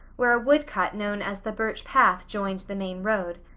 where a wood cut known as the birch path joined the main road.